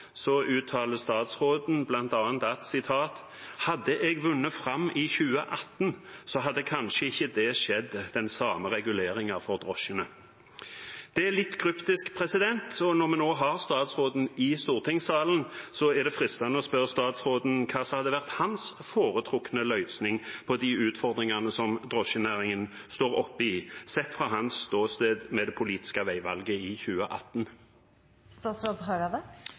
uttaler statsråden bl.a.: Hadde jeg vunnet fram i 2018, hadde det kanskje ikke skjedd den same reguleringen for drosjene. Det er litt kryptisk, og når vi nå har statsråden i stortingssalen, er det fristende å spørre hva som hadde vært hans foretrukne løsning på de utfordringene som drosjenæringen står oppe i – sett fra hans ståsted med det politiske veivalget i